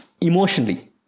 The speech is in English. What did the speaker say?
emotionally